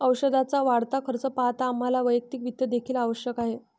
औषधाचा वाढता खर्च पाहता आम्हाला वैयक्तिक वित्त देखील आवश्यक आहे